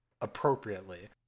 appropriately